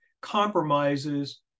compromises